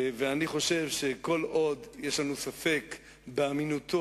אני חושב שכל עוד יש לנו ספק באמינותו,